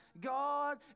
God